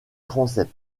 transept